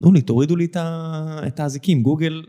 תנו לי, תורידו לי את האזיקים גוגל.